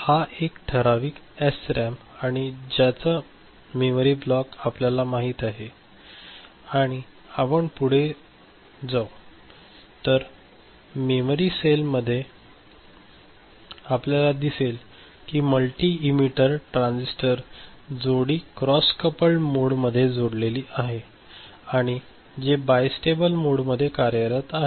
तर हा एक ठराविक एसरॅम आहे ज्याचा मेमरी ब्लॉक आपल्याला माहित आहे आणि आपण पुढे जाऊ आणि तरमेमरी सेलमध्ये आपल्याला दिसेल की मल्टी एमिटर ट्रान्झिस्टर जोडी क्रॉस कपल्ड मोडमध्ये जोडलेली आहे आणि जे बायस्टेबल मोडमध्ये कार्यरत आहे